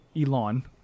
Elon